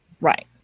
Right